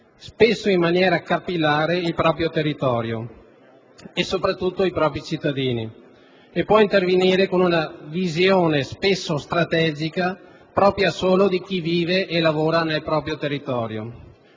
spesso in maniera capillare, il proprio territorio, soprattutto i propri cittadini e può intervenire con una visione spesso strategica, propria solo di chi vive e lavora nel territorio.